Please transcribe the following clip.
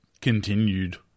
continued